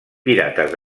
pirates